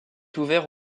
ouvert